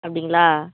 அப்படிங்களா